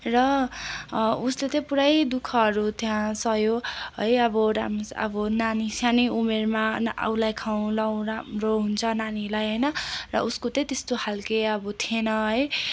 र उसले चाहिँ पुरै दुःखहरू त्यहाँ सह्यो है अब राम्रोसँग अब नानी सानै उमेरमा ना उसलाई खाउलाउ राम्रो हुन्छ नानीलाई होइन र उसको चाहिँ त्यस्तो खालके अब थिएन है